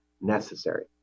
necessary